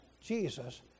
Jesus